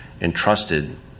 entrusted